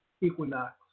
Equinox